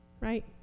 right